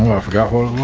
i forgot what